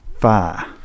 far